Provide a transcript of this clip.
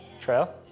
Trail